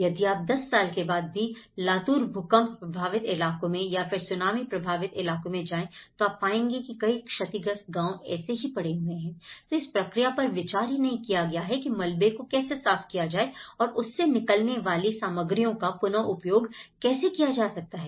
यदि आप 10 साल के बाद भी लातूर भूकंप प्रभावित इलाकों में या फिर सुनामी प्रभावित इलाकों में जाएं तो आप आएंगे कि कई क्षतिग्रस्त गांव ऐसे ही पड़े हुए हैंI तो इस प्रक्रिया पर विचार ही नहीं किया गया कि मलबे को कैसे साफ किया जाए और उससे निकलने वाली सामग्रियों का पुनः उपयोग कैसे किया जा सकता है